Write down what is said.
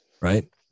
Right